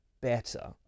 better